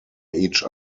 each